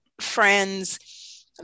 friends